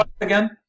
again